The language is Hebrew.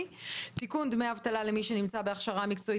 (תיקון דמי אבטלה למי שנמצא בהכשרה מקצועית),